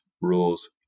rules